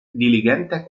diligente